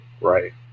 Right